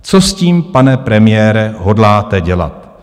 Co s tím, pane premiére, hodláte dělat?